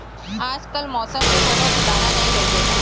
आजकाल मौसम के कोनों ठिकाना नइ रइगे